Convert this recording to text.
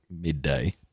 midday